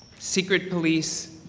secret police,